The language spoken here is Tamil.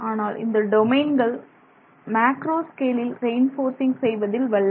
ஆனால் இந்த டொமைன்கள் மேக்ரோ ஸ்கேலில் ரெயின்போர்சிங் செய்வதில் வல்லவை